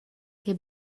che